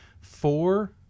four